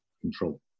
control